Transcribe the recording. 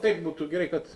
taip būtų gerai kad